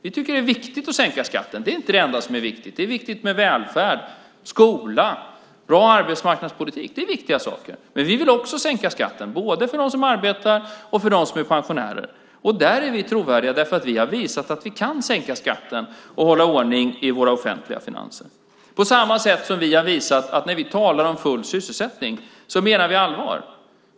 Vi tycker att det är viktigt att sänka skatten, men det är inte det enda som är viktigt. Det är viktigt med välfärd, skola, bra arbetsmarknadspolitik - det är viktiga saker. Men vi vill också sänka skatten, både för dem som arbetar och för dem som är pensionärer. Där är vi trovärdiga, för vi har visat att vi kan sänka skatten och hålla ordning i våra offentliga finanser på samma sätt som vi har visat att vi menar allvar när vi talar om full sysselsättning.